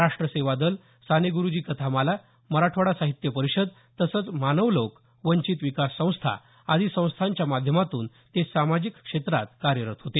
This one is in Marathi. राष्ट सेवा दल साने गुरुजी कथामाला मराठवाडा साहित्य परिषद तसंच मानवलोक वंचित विकास संस्था आदी संस्थांच्या माध्यमातून ते सामाजिक क्षेत्रात कार्यरत होते